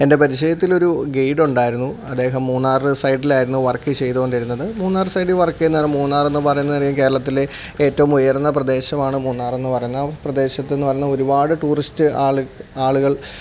എന്റെ പരിചയത്തിലൊരു ഗെയ്ഡുണ്ടായിരുന്നു അദ്ദേഹം മൂന്നാർ സൈഡിലായിരുന്നു വർക്ക് ചെയ്തു കൊണ്ടിരുന്നത് മൂന്നാർ സൈഡിൽ വർക്ക് ചെയ്യുന്ന മൂന്നാറെന്നു പറയുമെന്നറിയാം കേരളത്തിലെ ഏറ്റവും ഉയർന്ന പ്രദേശമാണ് മൂന്നാറെന്നു പറയുന്ന ആ പ്രദേശത്തു എന്നു പറഞ്ഞാൽ ഒരുപാട് ടൂറിസ്റ്റ് ആൾ ആളുകൾ